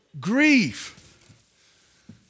Grief